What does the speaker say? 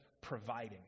providing